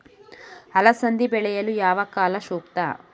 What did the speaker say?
ಅಲಸಂದಿ ಬೆಳೆಯಲು ಯಾವ ಕಾಲ ಸೂಕ್ತ?